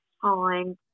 time